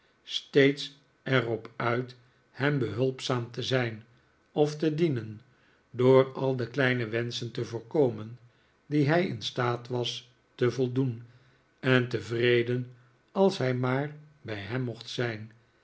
steeds er op uit hem behulpzaam te zijn of te dienen door al de kleine wenschen te voorkomen die hij in staat was te voldoen en tevreden als hij maar bij hem mocht zijn